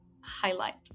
highlight